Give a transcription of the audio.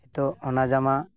ᱛᱳ ᱚᱱᱟ ᱡᱟᱢᱟ